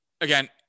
again